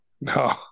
no